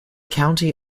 county